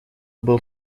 был